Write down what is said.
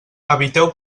eviteu